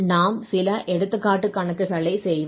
நாம் சில எடுத்துக்காட்டு கணக்குகளை செய்வோம்